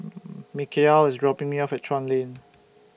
Mikeal IS dropping Me off At Chuan Lane